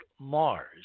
Mars